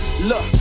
Look